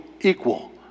equal